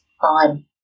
on